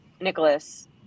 Nicholas